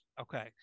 Okay